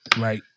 Right